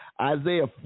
Isaiah